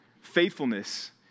faithfulness